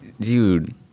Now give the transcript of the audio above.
Dude